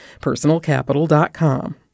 personalcapital.com